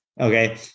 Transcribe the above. Okay